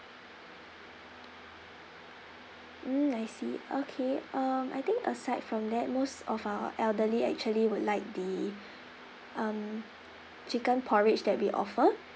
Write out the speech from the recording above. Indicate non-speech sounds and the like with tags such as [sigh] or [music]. mm I see okay um I think aside from that most of our elderly actually would like the [breath] um chicken porridge that we offer